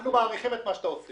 אנחנו מעריכים את מה שאתה עושה.